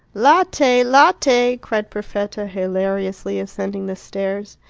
latte! latte! cried perfetta, hilariously ascending the stairs.